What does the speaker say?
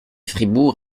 fribourg